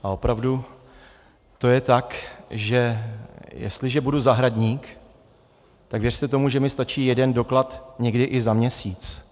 A opravdu to je tak, že jestliže budu zahradník, tak věřte tomu, že mi stačí jeden doklad někdy i za měsíc.